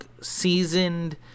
seasoned